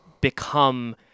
become